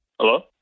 Hello